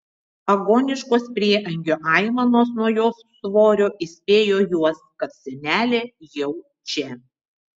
agoniškos prieangio aimanos nuo jos svorio įspėjo juos kad senelė jau čia